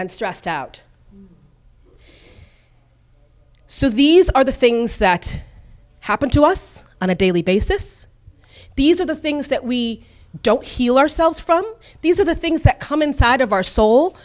and stressed out so these are the things that happen to us on a daily basis these are the things that we don't heal ourselves from these are the things that come inside of our soul